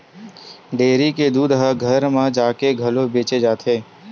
dairy के दूद ह घर घर म जाके घलो बेचे जाथे